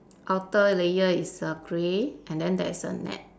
outer layer is err grey and then there is a net